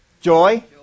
Joy